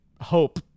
hope